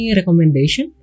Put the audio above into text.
recommendation